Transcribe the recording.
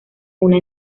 una